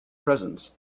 presence